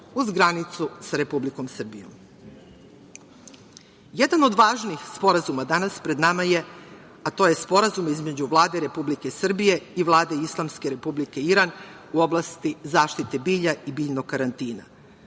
uz granicu sa Republikom Srbijom. Jedan od važnih sporazuma danas pred nama je Sporazum između Vlade Republike Srbije i Vlade Islamske Republike Iran u oblasti zaštite bilja i biljnog karantina.